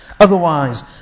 Otherwise